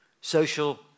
social